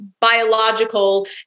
biological